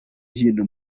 hino